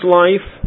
life